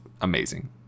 amazing